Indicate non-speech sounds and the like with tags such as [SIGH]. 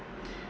[BREATH]